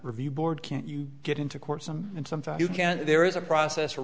review board can't you get into court some and some fact you can't there is a process